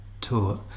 Tour